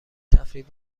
تفریح